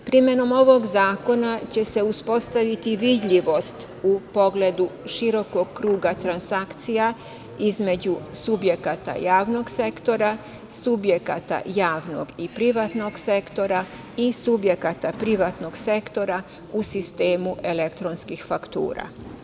Primenom ovog zakona će se uspostaviti vidljivost u pogledu širokog kruga transakcija između subjekata javnog sektora, subjekata javnog i privatnog sektora i subjekata privatnog sektora u sistemu elektronskih faktura.